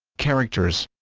characters